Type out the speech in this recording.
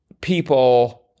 people